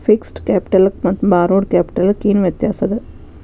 Fixed ಕ್ಯಾಪಿಟಲಕ್ಕ ಮತ್ತ borrowed ಕ್ಯಾಪಿಟಲಕ್ಕ ಏನ್ ವ್ಯತ್ಯಾಸದ?